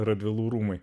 radvilų rūmai